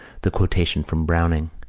the quotation from browning.